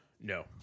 No